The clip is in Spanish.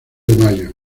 mayo